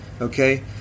Okay